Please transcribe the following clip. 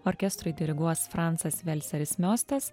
orkestrui diriguos francas velseris miostas